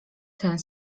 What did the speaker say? ten